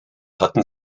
hatten